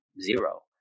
zero